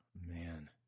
Man